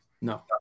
no